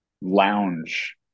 lounge